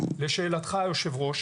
לשאלתך, יושב-הראש,